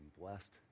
blessed